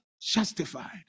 justified